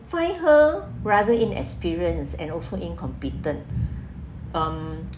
find rather inexperienced and also incompetent um